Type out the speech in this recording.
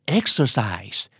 exercise